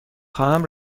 خواهم